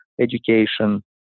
education